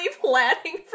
planning